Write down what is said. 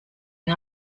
une